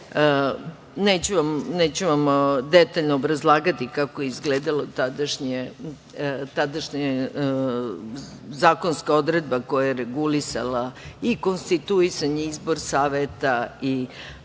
Neću vam detaljno obrazlagati kako je izgledalo tadašnje zakonska odredba koja je regulisala i konstituisanje izbor saveta i